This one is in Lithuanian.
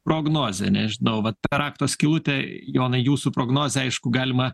prognozė nežinau vat ta rakto skylutė jonai jūsų prognozė aišku galima